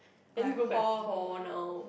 then you go back hall now